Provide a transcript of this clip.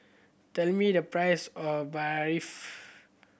tell me the price of Barfi